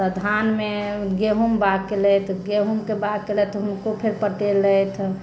तऽ धानमे गेहूँम बाद केलथि तऽ गेहूँमके बाग केलथि तऽ हुनको फेर पटेलथि